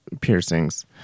piercings